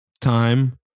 time